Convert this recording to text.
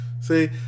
See